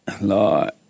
Lord